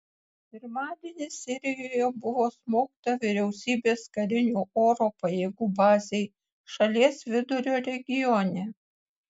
pirmadienį sirijoje buvo smogta vyriausybės karinių oro pajėgų bazei šalies vidurio regione